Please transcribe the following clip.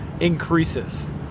increases